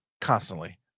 constantly